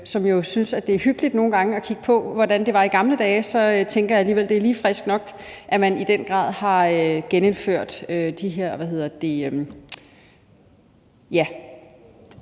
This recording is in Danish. som jo synes, at det nogle gange er hyggeligt at kigge på, hvordan det var i gamle dage, så tænker jeg alligevel: Det er lige frisk nok, at man i den grad har genindført de her, hvad hedder det, ja,